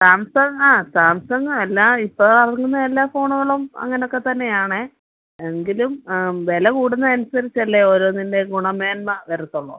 Samsung ആ Samsung അല്ല ഇപ്പോൾ ഇറങ്ങുന്ന എല്ലാ ഫോണുകളും അങ്ങനെയൊക്കെ തന്നെയാണേ എങ്കിലും ആ വില കൂടുന്നത് അനുസരിച്ചല്ലേ ഓരോന്നിൻ്റെ ഗുണമേന്മ വരത്തുള്ളൂ